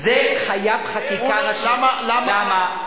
זה חייב חקיקה ראשית, למה?